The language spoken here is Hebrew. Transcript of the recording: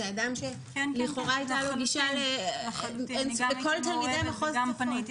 זה אדם שלכאורה היתה לו גישה לכל תלמידי מחוז צפון.